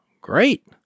great